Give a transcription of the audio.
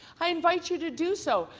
i invite you to do so.